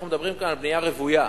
אנחנו מדברים כאן על בנייה רוויה.